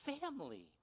family